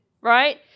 Right